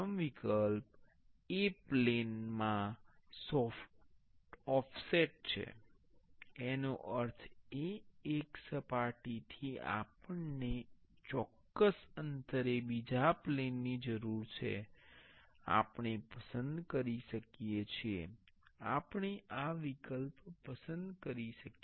પ્રથમ વિકલ્પ એ પ્લેન થી ઓફસેટ છે એનો અર્થ એ કે એક સપાટીથી આપણને ચોક્કસ અંતરે બીજા પ્લેન ની જરૂર છે આપણે પસંદ કરી શકીએ છીએ આપણે આ વિકલ્પ પસંદ કરી શકીએ